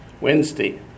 Wednesday